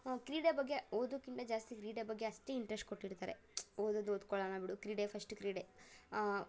ಕ್ರೀಡೆ ಬಗ್ಗೆ ಓದೋಕ್ಕಿಂತ ಜಾಸ್ತಿ ಕ್ರೀಡೆ ಬಗ್ಗೆ ಅಷ್ಟೇ ಇಂಟ್ರೆಸ್ಟ್ ಕೊಟ್ಟಿರ್ತಾರೆ ಓದೋದು ಓದ್ಕೊಳೋಣ ಬಿಡು ಕ್ರೀಡೆ ಫಸ್ಟು ಕ್ರೀಡೆ